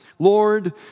Lord